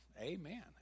Amen